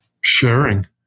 Sharing